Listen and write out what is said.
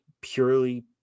purely